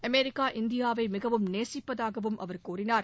America இந்தியாவை மிகவும் நேசிப்பதாகவும் அவர் கூறினார்